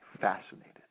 fascinated